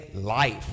life